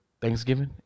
Thanksgiving